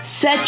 Set